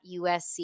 USC